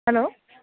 hello